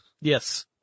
Yes